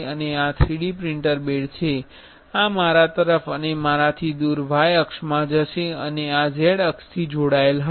અને આ 3D printer bed છે આ મારા તરફ અને મારાથી દૂર y અક્ષ માં જશે અને આ z અક્ષ થી જોડાયેલ છે